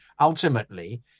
ultimately